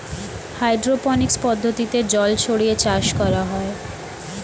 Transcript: hydroponics পদ্ধতিতে জল ছড়িয়ে চাষ করা হয়